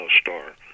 star